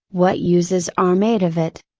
what uses are made of it.